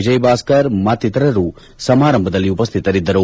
ವಿಜಯ್ ಭಾಸ್ಕರ್ ಮತ್ತಿತರರು ಸಮಾರಂಭದಲ್ಲಿ ಉಪಸ್ನಿತರಿದ್ದರು